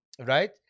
right